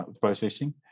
processing